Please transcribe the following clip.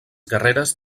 guerreres